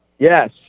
Yes